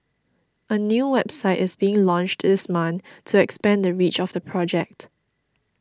a new website is being launched this month to expand the reach of the project